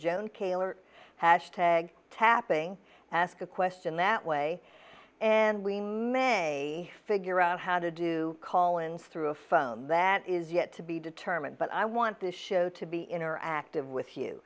joan kaylor hash tag tapping ask a question that way and we may figure out how to do call ins through a phone that is yet to be determined but i want this show to be interactive with you